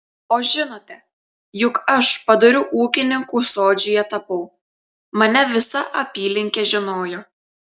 o žinote juk aš padoriu ūkininku sodžiuje tapau mane visa apylinkė žinojo